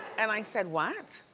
and i said, what?